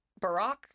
Barack